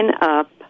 up